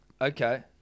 Okay